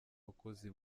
abakozi